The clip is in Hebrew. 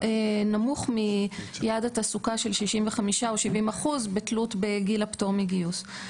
נמוך מיעד התעסוקה של 65% או 70% בתלות בגיל הפטור מגיוס.